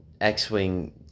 X-Wing